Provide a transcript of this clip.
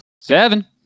Seven